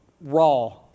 raw